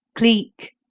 cleek,